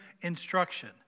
instruction